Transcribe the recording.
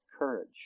courage